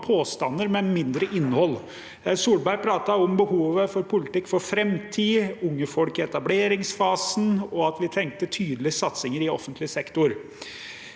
påstander med mindre innhold. Solberg pratet om behovet for politikk for framtid, unge folk i etableringsfasen og at vi trenger tydelige satsinger i offentlig sektor.